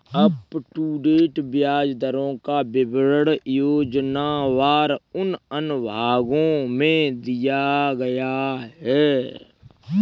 up to date ब्याज दरों का विवरण योजनावार उन अनुभागों में दिया गया है